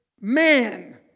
man